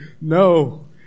No